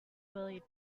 willey